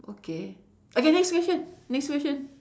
okay okay next question next question